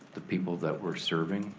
the people that we're serving,